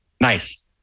nice